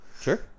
Sure